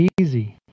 easy